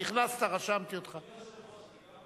כשנכנסת רשמתי אותךָ.